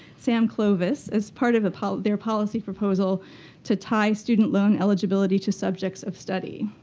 sam clovis, as part of part of their policy proposal to tie student loan eligibility to subjects of study.